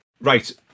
Right